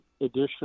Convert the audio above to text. additional